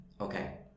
Okay